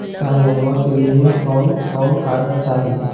कार लोनमा के लिय कौन कौन कागज चाही?